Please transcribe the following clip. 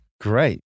Great